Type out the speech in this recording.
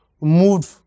moved